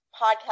podcast